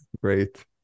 great